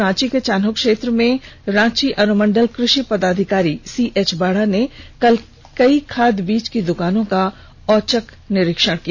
रांची के चान्हो क्षेत्र में रांची अनुमंडल कृषि पदाधिकारी सीएच बाड़ा ने कल कई खाद बीज की दुकानों का औचक निरीक्षण किया